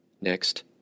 Next